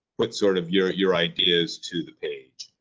what sort of your your ideas to the page?